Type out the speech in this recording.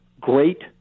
great